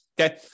Okay